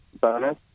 bonus